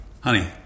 Honey